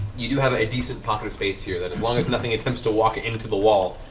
you do have a decent pocket of space here that as long as nothing attempts to walk into the wall,